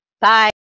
Bye